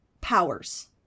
powers